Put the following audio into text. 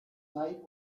night